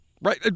right